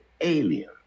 alien